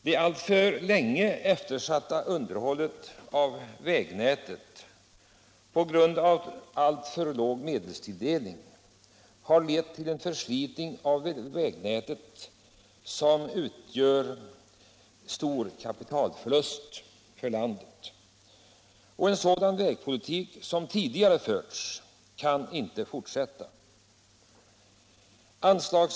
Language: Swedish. Det alltför länge eftersatta underhållet av vägnätet på grund av alltför låg medelstilldelning har lett till en förslitning av vägarna som innebär stor kapitalförlust för landet. En sådan vägpolitik som tidigare förts kan inte fortsätta.